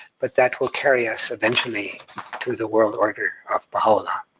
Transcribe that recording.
but that will carry us eventually to the world order of baha'u'llah.